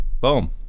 Boom